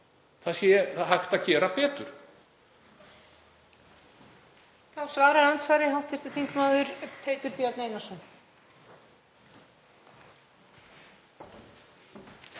Það er hægt að gera betur.